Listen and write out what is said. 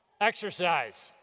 Exercise